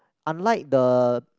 unlike the